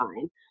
time